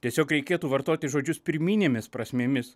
tiesiog reikėtų vartoti žodžius pirminėmis prasmėmis